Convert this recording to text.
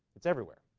it's everywhere